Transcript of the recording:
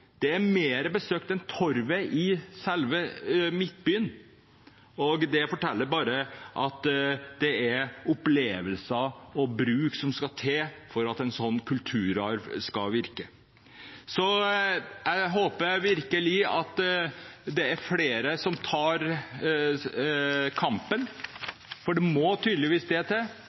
Gamle Bybro, mer besøkt enn torget i selve Midtbyen. Det forteller at det er opplevelser og bruk som skal til for at en slik kulturarv skal virke. Jeg håper virkelig at det er flere som tar kampen – det må tydeligvis til